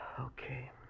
Okay